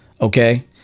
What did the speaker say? Okay